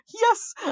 Yes